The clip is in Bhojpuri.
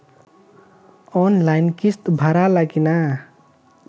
आनलाइन किस्त भराला कि ना?